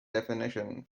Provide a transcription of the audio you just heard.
definition